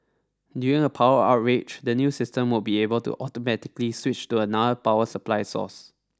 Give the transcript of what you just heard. during a power outrage the new system will be able to automatically switch to another power supply source